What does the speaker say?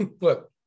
Look